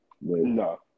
No